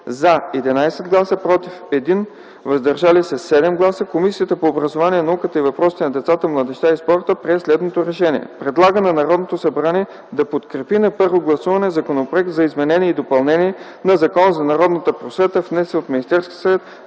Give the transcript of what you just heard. – 11 гласа, „против” – 1, „въздържали се” – 7, Комисията по образованието, науката и въпросите на децата, младежта и спорта прие следното решение: Предлага на Народното събрание да подкрепи на първо гласуване Законопроект за изменение и допълнение на Закона за народната просвета, внесен от Министерския съвет